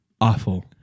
awful